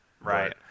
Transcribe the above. Right